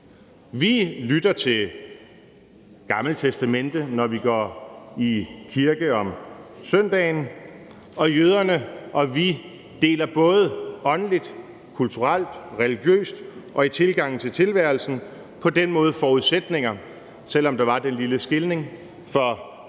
Vi lytter til Det Gamle Testamente, når vi går i kirke om søndagen, og jøderne og vi deler både åndeligt, kulturelt, religiøst og i tilgangen til tilværelsen på den måde forudsætninger, selv om der var den lille adskillelse for godt